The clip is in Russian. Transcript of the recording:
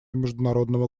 международного